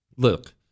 Look